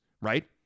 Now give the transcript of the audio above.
right